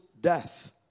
death